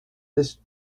this